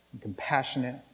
compassionate